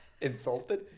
Insulted